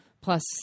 plus